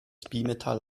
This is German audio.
bimetall